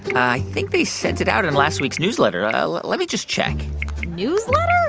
i think they sent it out in last week's newsletter. let me just check newsletter?